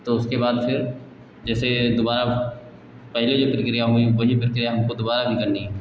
तो उसके बाद फ़िर जैसे दुबारा वह पहली जो प्रक्रिया हुई वही प्रक्रिया हमको दुबारा भी करनी है